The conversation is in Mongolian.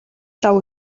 лав